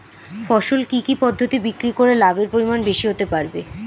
ফসল কি কি পদ্ধতি বিক্রি করে লাভের পরিমাণ বেশি হতে পারবে?